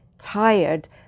tired